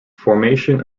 formation